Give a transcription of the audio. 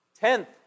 Tenth